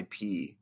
IP